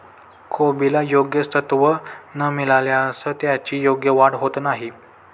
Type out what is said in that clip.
कोबीला योग्य सत्व न मिळाल्यास त्याची योग्य वाढ होत नाही